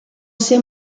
sia